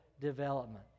development